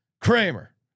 Kramer